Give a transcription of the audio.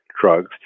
drugs